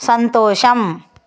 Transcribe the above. సంతోషం